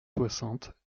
soixante